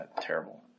terrible